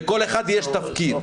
לכל אחד יש תפקיד,